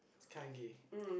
it's kinda gay